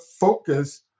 focus